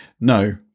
No